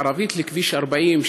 מערבית לכביש 40,